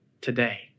today